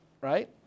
right